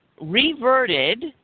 reverted